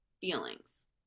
feelings